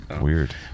weird